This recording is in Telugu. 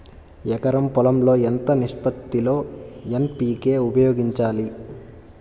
ఎకరం పొలం లో ఎంత నిష్పత్తి లో ఎన్.పీ.కే ఉపయోగించాలి?